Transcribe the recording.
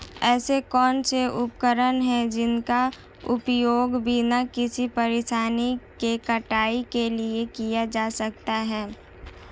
ऐसे कौनसे उपकरण हैं जिनका उपयोग बिना किसी परेशानी के कटाई के लिए किया जा सकता है?